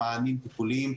למענים טיפוליים,